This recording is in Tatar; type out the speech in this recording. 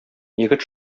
егет